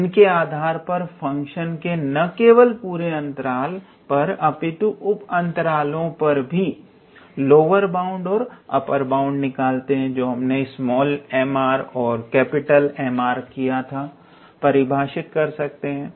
इनके आधार पर फंक्शन के ना केवल पूरे अंतराल पर अपितु उप अंतरालों पर भी लोअर बाउंड व अपर बाउंड परिभाषित कर सकते हैं